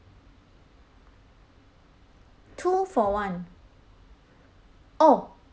two for one oh